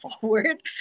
forward